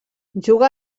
juga